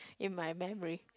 in my memory